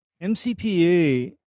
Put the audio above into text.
mcpa